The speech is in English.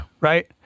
right